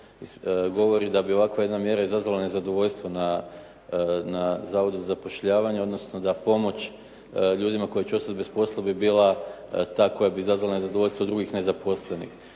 govori da bi ovakva jedna mjera izazvala nezadovoljstvo na zavodu za zapošljavanje, odnosno da pomoć ljudima koji će ostati bez posla bi bila ta koja bi izazvala nezadovoljstvo drugih nezaposlenih.